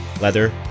leather